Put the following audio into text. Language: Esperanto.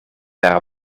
per